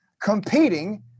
competing